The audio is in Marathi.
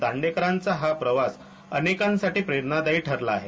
दांडेकरांचा हा प्रवास अनेकांसाठी प्रेरणादायी ठरला आहे